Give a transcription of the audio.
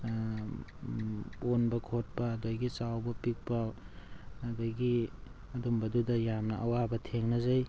ꯑꯣꯟꯕ ꯈꯣꯠꯄ ꯑꯗꯒꯤ ꯆꯥꯎꯕ ꯄꯤꯛꯄ ꯑꯗꯒꯤ ꯑꯗꯨꯝꯕꯗꯨꯗ ꯌꯥꯝꯅ ꯑꯋꯥꯕ ꯊꯦꯡꯅꯖꯩ